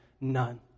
None